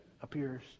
appears